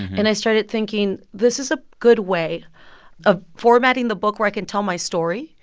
and i started thinking, this is a good way of formatting the book where i can tell my story.